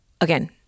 Again